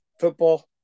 football